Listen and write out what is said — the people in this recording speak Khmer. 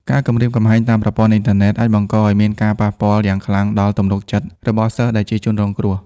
ការគំរាមកំហែងតាមប្រព័ន្ធអ៊ីនធឺណិតអាចបង្កឱ្យមានការប៉ះពាល់យ៉ាងខ្លាំងដល់ ទំនុកចិត្ត របស់សិស្សដែលជាជនរងគ្រោះ។